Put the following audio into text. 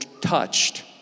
touched